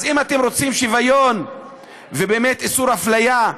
אז אם אתם רוצים שוויון ובאמת איסור אפליה,